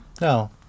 No